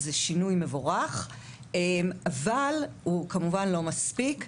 זה שינוי מבורך אבל הוא כמובן אל מספיק.